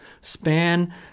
span